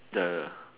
ya ya ya